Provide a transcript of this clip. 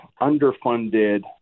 underfunded